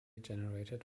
generated